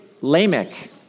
Lamech